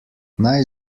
naj